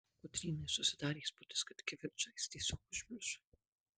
kotrynai susidarė įspūdis kad kivirčą jis tiesiog užmiršo